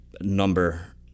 number